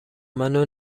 منو